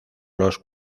los